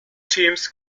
teams